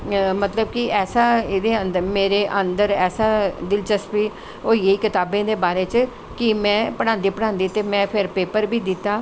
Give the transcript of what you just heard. मतलव कि ऐसा मेरे अन्दर ऐसा दिलचस्पी होई गेई कताबें दे बारे च कि में पढ़ांदी पढ़ांदी ते फिर में पेपर बी दित्ता